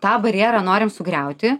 tą barjerą norim sugriauti